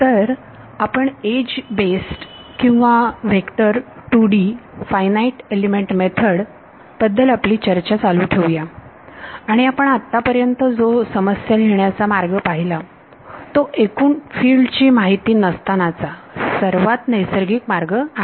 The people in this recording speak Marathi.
तर आपण एज बेस्ड किंवा vector 2 D finite element method बद्दल आपली चर्चा चालू ठेवूया आणि आपण आतापर्यंत जो समस्या लिहिण्याचा मार्ग पाहिला तो एकूण फील्ड ची माहिती नसतानाचा सर्वात नैसर्गिक मार्ग आहे